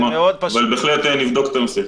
אבל בהחלט נבדוק את הנושא.